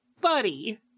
Buddy